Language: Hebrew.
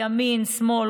ימין שמאל,